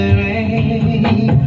rain